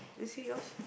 I see yours